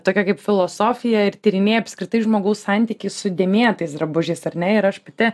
tokia kaip filosofija ir tyrinėja apskritai žmogaus santykį su dėmėtais drabužiais ar ne ir ir aš pati